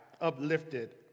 uplifted